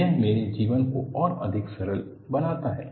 यह मेरे जीवन को और अधिक सरल बनाता है